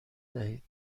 دهید